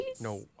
No